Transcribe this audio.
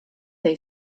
they